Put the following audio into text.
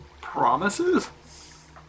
Promises